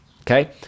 okay